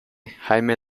jaime